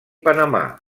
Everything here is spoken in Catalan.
panamà